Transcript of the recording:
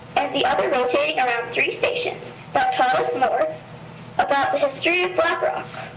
and the other rotating around three stations that told us more about the history of black rock.